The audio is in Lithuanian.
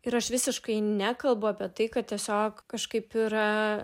ir aš visiškai nekalbu apie tai kad tiesiog kažkaip yra